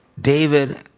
David